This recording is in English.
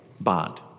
bond